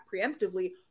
preemptively